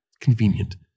Convenient